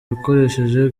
bakoresheje